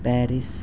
Paris